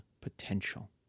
potential